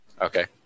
Okay